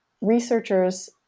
researchers